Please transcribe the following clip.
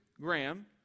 Graham